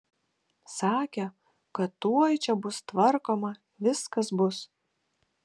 sakė kad tuoj čia bus tvarkoma viskas bus